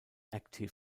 active